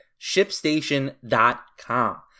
ShipStation.com